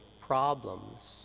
problems